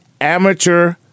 amateur